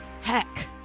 Heck